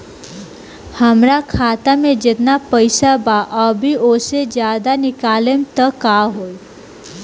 हमरा खाता मे जेतना पईसा बा अभीओसे ज्यादा निकालेम त का होई?